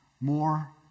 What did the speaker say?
more